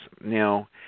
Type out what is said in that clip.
Now